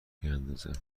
بیاندازم